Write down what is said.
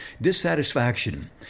dissatisfaction